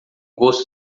gosto